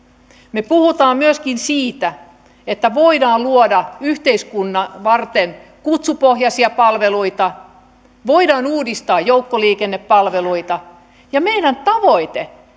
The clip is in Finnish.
me puhumme myöskin siitä että voidaan luoda yhteiskuntaa varten kutsupohjaisia palveluita voidaan uudistaa joukkoliikennepalveluita ja meidän tavoitteemme